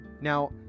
Now